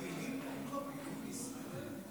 אונר"א פעילים בישראל היום?